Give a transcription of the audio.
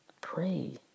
pray